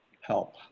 help